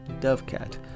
DoveCat